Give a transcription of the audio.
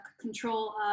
control